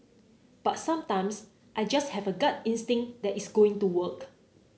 but sometimes I just have a gut instinct that it's going to work